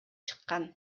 чыккан